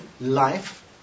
life